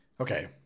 Okay